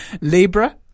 Libra